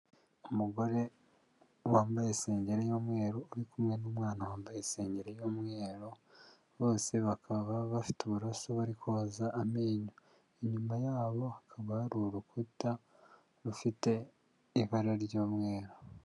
Umugore wambaye isengeri y'umweru uri kumwe n'umwana wambaye isengeri y'umweru bose bakaba bafite uburaso bari koza amenyo. Inyuma yabo hakaba hari urukuta rufite ibara ry'umweru.